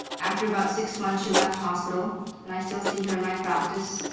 after about six months she left hospital and i still see her in my practice.